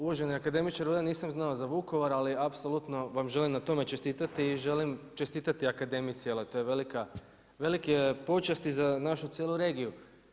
Uvaženi akademiče Rudan nisam znao za Vukovar, ali apsolutno vam želim na tom čestitati i želim čestitati akademici jel to je velika počast za našu cijelu regiju.